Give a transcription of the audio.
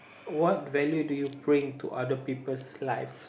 what value do you bring to other people's life